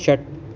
षट्